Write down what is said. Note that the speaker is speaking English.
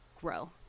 grow